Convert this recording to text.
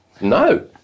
no